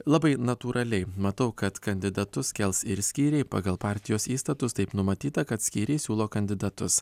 labai natūraliai matau kad kandidatus kels ir skyriai pagal partijos įstatus taip numatyta kad skyriai siūlo kandidatus